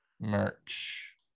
Merch